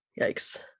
yikes